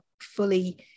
fully